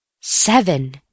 Seven